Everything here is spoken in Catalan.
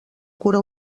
cura